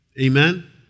Amen